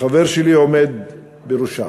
שחבר שלי עומד בראשה,